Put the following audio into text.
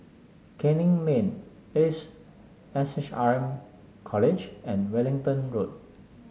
Canning Men Ace S H R M College and Wellington Road